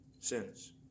sins